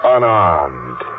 Unarmed